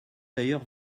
d’ailleurs